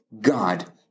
God